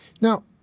Now